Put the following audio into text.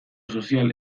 sozial